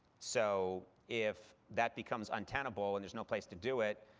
so if that becomes untenable, and there's no place to do it,